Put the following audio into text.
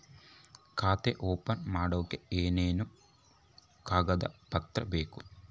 ಖಾತೆ ಓಪನ್ ಮಾಡಕ್ಕೆ ಏನೇನು ಕಾಗದ ಪತ್ರ ಬೇಕು?